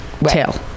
tail